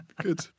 Good